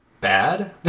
bad